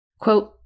Quote